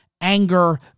anger